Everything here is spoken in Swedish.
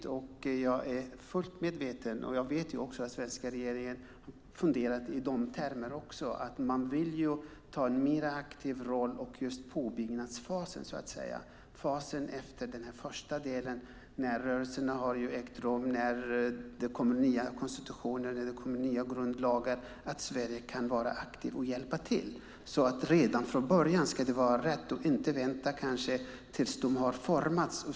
Jag är fullt medveten om det och vet också att den svenska regeringen funderat i de termerna att man vill ta en mer aktiv roll i påbyggnadsfasen, fasen efter den här första delen, när rörelserna har ägt rum och det kommit nya konstitutioner och nya grundlagar. Sverige kan vara aktivt och hjälpa till. Redan från början ska det vara rätt. Vi ska inte vänta tills de har formats.